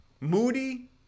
Moody